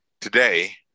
Today